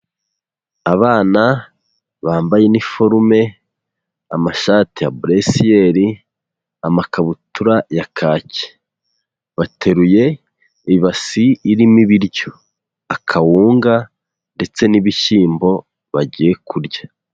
Abana bambaye iniforume, amashati ya buresiyeri, amakabutura ya kacye, bateruye ibasi irimo ibiryo, akawunga ndetse n'ibishyimbo bagiye kurya.